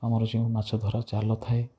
ଆମର ଯେଉଁ ମାଛଧରା ଜାଲ ଥାଏ